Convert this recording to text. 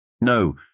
No